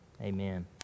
Amen